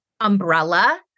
umbrella